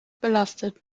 belastet